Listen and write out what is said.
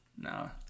No